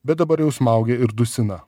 bet dabar jau smaugia ir dusina